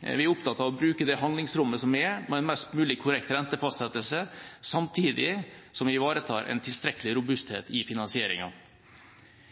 Vi er opptatt av å bruke det handlingsrommet som er, med en mest mulig korrekt rentefastsettelse, samtidig som vi ivaretar en tilstrekkelig robusthet i finansieringen.